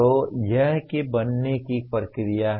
तो यह है कि बनाने की प्रक्रिया क्या है